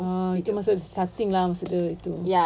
ah tu masa starting lah masa dia tu